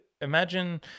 imagine